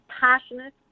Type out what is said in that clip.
Passionate